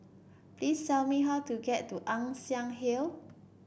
please tell me how to get to Ann Siang Hill